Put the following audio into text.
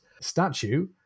statue